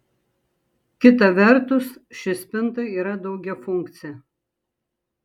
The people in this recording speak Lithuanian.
kita vertus ši spinta yra daugiafunkcė